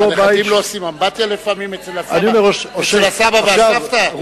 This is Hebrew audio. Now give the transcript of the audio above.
הנכדים לא עושים לפעמים אמבטיה אצל הסבא והסבתא?